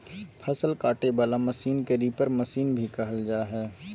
फसल काटे वला मशीन के रीपर मशीन भी कहल जा हइ